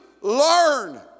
learn